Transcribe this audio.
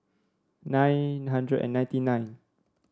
nine hundred and ninety nine